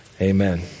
Amen